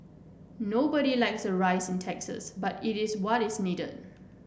nobody likes a rise in taxes but it is what is needed